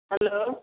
hello